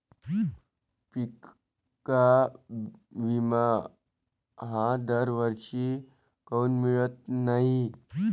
पिका विमा हा दरवर्षी काऊन मिळत न्हाई?